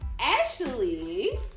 Ashley